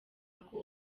uncle